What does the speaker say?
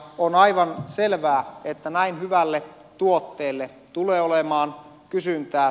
on aivan selvää että näin hyvälle tuotteelle tulee olemaan kysyntää